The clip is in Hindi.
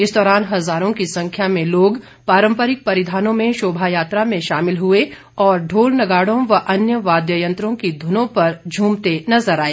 इस दौरान हज़ारों की संख्या में लोग पारम्परिक परिधानों में शोभा यात्रा में शामिल हुए और ढोल नगाड़ों व अन्य वाद्य यंत्रों की धुनों पर झूमते नज़र आए